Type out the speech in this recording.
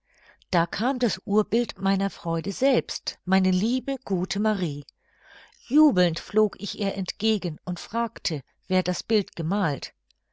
da kam das urbild meiner freude selbst meine liebe gute marie jubelnd flog ich ihr entgegen und fragte wer das bild gemalt